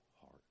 heart